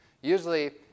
Usually